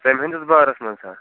ژَمہِ ہِنٛدِس بارَس منٛز ہا